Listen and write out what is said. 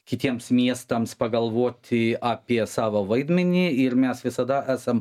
kitiems miestams pagalvoti apie savo vaidmenį ir mes visada esam